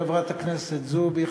חברת הכנסת זועבי,